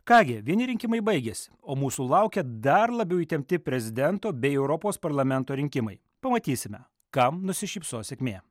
ką gi vieni rinkimai baigėsi o mūsų laukia dar labiau įtempti prezidento bei europos parlamento rinkimai pamatysime kam nusišypsos sėkmė